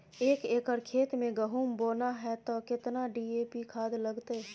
एक एकर खेत मे गहुम बोना है त केतना डी.ए.पी खाद लगतै?